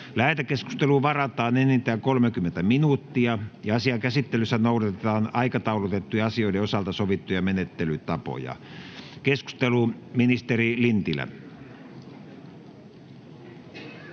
Lähetekeskusteluun varataan enintään 30 minuuttia. Asian käsittelyssä noudatetaan aikataulutettujen asioiden osalta sovittuja menettelytapoja. — Keskustelu, ministeri Lintilä.